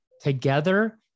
together